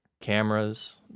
cameras